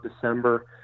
December